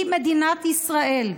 היא מדינת ישראל".